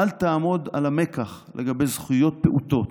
"אל תעמוד על המקח לגבי זכויות פעוטות.